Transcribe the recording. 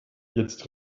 jetzt